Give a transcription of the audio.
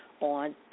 on